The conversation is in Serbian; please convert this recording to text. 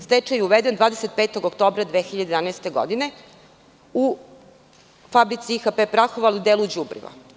Stečaj je uveden 25. oktobra 2011. godine u fabrici IHP Prahovo ali u delu đubriva.